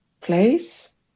place